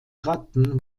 ratten